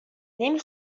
نمی